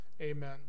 Amen